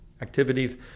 activities